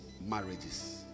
marriages